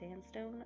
sandstone